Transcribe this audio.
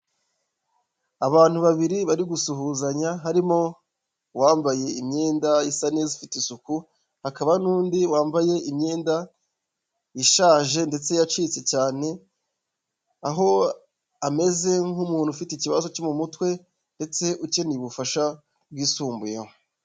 Abantu babiri bari gusuhuzanya, harimo uwambaye imyenda isa neza ifite isuku, hakaba n'undi wambaye imyenda ishaje ndetse yacitse cyane, aho ameze nk'umuntu ufite ikibazo cyo mu mutwe ndetse ukeneye ubufasha bwisumbuyeho.